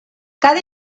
cada